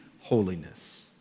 holiness